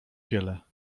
wiele